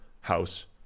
house